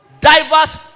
diverse